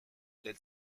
del